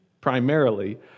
primarily